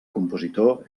compositor